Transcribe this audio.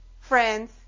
friends